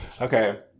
Okay